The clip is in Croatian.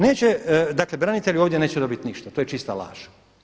Neće, dakle branitelji ovdje neće dobiti ništa, to je čista laž.